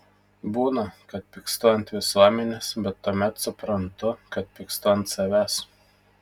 būna kad pykstu ant visuomenės bet tuomet suprantu kad pykstu ant savęs